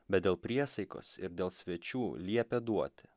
bet dėl priesaikos ir dėl svečių liepė duoti